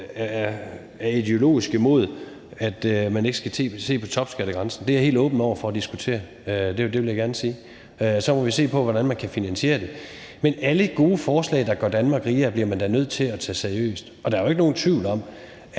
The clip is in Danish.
jeg ideologisk er imod, at man skal se på topskattegrænsen. Det er jeg helt åben over for at diskutere; det vil jeg gerne sige. Så må vi se på, hvordan man kan finansiere det. Alle gode forslag, der gør Danmark rigere, bliver man da nødt til at tage seriøst, og der er jo ikke nogen tvivl om,